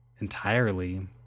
entirely